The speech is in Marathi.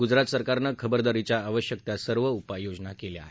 गुजरात सरकारनं खबरदारीच्या आवश्यक त्या सर्व उपाययोजना केल्या आहेत